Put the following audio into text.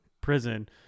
prison